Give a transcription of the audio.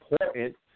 important